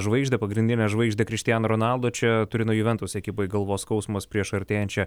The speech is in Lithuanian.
žvaigždę pagrindinę žvaigždę krištianą ronaldo čia turino juventus ekipai galvos skausmas prieš artėjančią